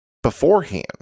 beforehand